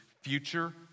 Future